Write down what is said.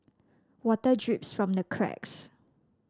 water drips from the cracks